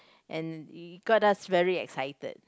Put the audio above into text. and it got us very excited